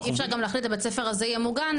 אי אפשר גם להחליט הבית ספר הזה יהיה מוגן,